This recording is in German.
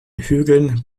hügeln